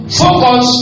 focus